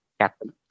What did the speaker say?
captain